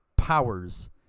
powers